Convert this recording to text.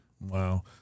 Wow